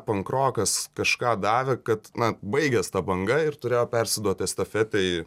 pankrokas kažką davė kad na baigės ta banga ir turėjo persiduot estafetę į